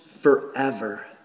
forever